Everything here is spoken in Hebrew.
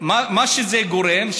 מה שזה גורם,